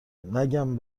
نگم